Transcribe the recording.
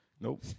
Nope